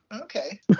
Okay